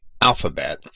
alphabet